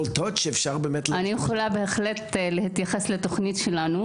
אני יכולה להתייחס לתוכנית שלנו,